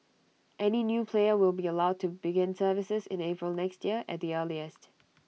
any new player will be allowed to begin services in April next year at the earliest